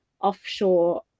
offshore